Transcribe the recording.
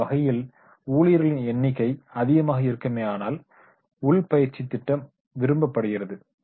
அந்த வகையில் ஊழியர்களின் எண்ணிக்கை அதிகமாக இருக்குமேயானால் உள் பயிற்சித் திட்டம் விரும்பப்படுகிறது